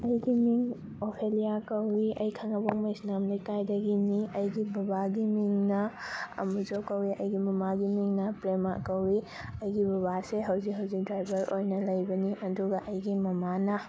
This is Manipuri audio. ꯑꯩꯒꯤ ꯃꯤꯡ ꯑꯣꯐꯦꯂꯤꯌꯥ ꯀꯧꯋꯤ ꯑꯩ ꯈꯥꯡꯉꯕꯣꯛ ꯃꯩꯁꯅꯥꯝ ꯂꯩꯀꯥꯏꯗꯒꯤꯅꯤ ꯑꯩꯒꯤ ꯕꯕꯥꯒꯤ ꯃꯤꯡꯅ ꯑꯃꯨꯆꯧ ꯀꯧꯋꯤ ꯑꯩꯒꯤ ꯃꯃꯥꯒꯤ ꯃꯤꯡꯅ ꯄ꯭ꯔꯦꯃꯥ ꯀꯧꯋꯤ ꯑꯩꯒꯤ ꯕꯕꯥꯁꯦ ꯍꯧꯖꯤꯛ ꯍꯧꯖꯤꯛ ꯗ꯭ꯔꯥꯏꯕꯔ ꯑꯣꯏꯅ ꯂꯩꯕꯅꯤ ꯑꯗꯨꯒ ꯑꯩꯒꯤ ꯃꯃꯥꯅ